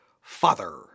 Father